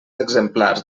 exemplars